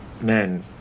men